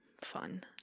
fun